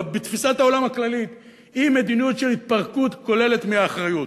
תפיסת העולם הכללית היא מדיניות של התפרקות כוללת מאחריות.